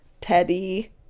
Teddy